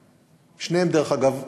שניהם, דרך אגב,